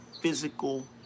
physical